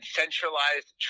centralized